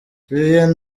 vivien